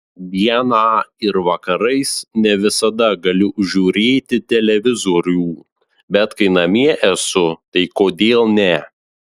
dieną ir vakarais ne visada galiu žiūrėti televizorių bet kai namie esu tai kodėl ne